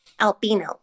Albino